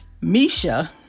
Misha